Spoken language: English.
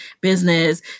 business